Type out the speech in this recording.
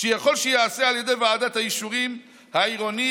שיכול שייעשה על ידי ועדת האישורים העירונית